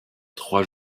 trois